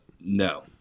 no